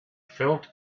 felt